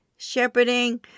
shepherding